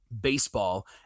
baseball